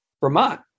Vermont